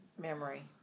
memory